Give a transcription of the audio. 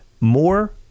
More